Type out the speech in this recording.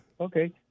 okay